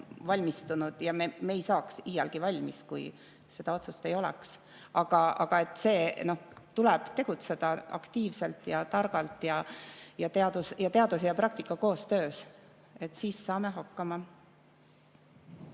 valmistunud ja me ei saaks iialgi valmis, kui seda otsust ei oleks. Tuleb tegutseda aktiivselt ja targalt ja teaduse ja praktika koostöös, siis saame hakkama.